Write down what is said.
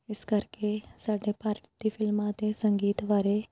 ਇਸ ਕਰਕੇ ਸਾਡੇ ਭਾਰਤ ਦੀ ਫਿਲਮਾਂ ਅਤੇ ਸੰਗੀਤ ਬਾਰੇ